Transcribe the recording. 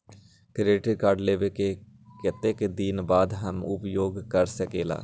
Credit card लेबे के कतेक दिन बाद हम उपयोग कर सकेला?